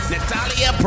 Natalia